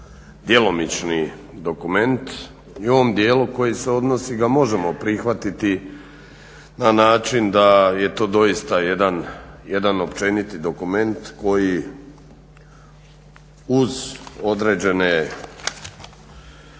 djelomični dokument i u ovom dijelu koji se odnosi, ga možemo prihvatiti na način da je to doista jedan općeniti dokument koji uz određene svrhe